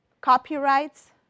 copyrights